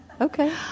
okay